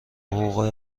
حقوقهای